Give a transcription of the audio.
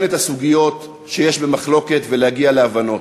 את הסוגיות שבמחלוקת ולהגיע להבנות.